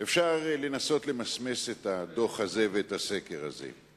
אפשר לנסות למסמס את הדוח הזה ואת הסקר הזה.